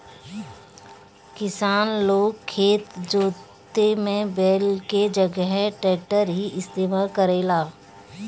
किसान लोग खेत जोते में बैल के जगह ट्रैक्टर ही इस्तेमाल करेला